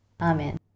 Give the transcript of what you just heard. Amen